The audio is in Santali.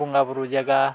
ᱵᱚᱸᱜᱟ ᱵᱳᱨᱳ ᱡᱟᱭᱜᱟ